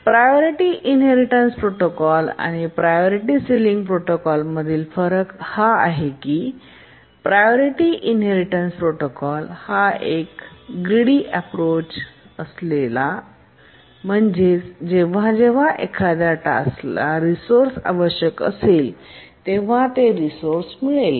priority inheritance protocol आणि priority ceiling protocol मधील फरक हा आहे की प्रायोरिटी इनहेरिटेन्स प्रोटोकॉल हा एक ग्रीडी अँप्रोच ग्रीडी अँप्रोच आहे म्हणजेच जेव्हा जेव्हा एखाद्या टास्क स रिसोर्से आवश्यक असेल तर ते रिसोर्से मिळेल